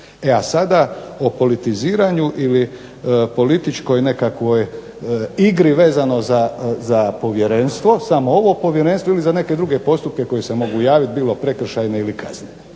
E a sada o politiziranju ili političkoj nekakvoj igri vezano za povjerenstvo, samo ovo, povjerenstvo ili za neke druge postupke koji se mogu javiti bilo prekršajne ili kaznene.